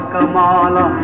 Kamala